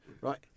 right